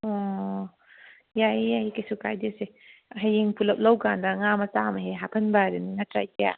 ꯑꯣ ꯌꯥꯏꯌꯦ ꯌꯥꯏꯌꯦ ꯀꯩꯁꯨ ꯀꯥꯏꯗꯦꯁꯦ ꯍꯌꯦꯡ ꯄꯨꯂꯞ ꯂꯧꯕꯀꯥꯟꯗ ꯉꯥ ꯃꯆꯥ ꯑꯃꯍꯦꯛ ꯍꯥꯞꯍꯟꯕ ꯍꯥꯏꯗꯨꯅꯤ ꯅꯠꯇ꯭ꯔꯥ ꯏꯆꯦ